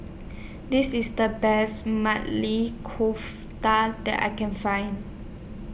This IS The Best Maili Kofta that I Can Find